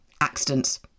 accidents